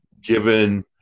given